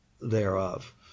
thereof